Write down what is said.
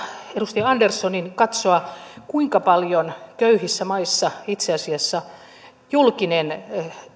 edustaja anderssonin katsoa kuinka paljon köyhissä maissa itse asiassa julkinen